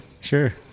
Sure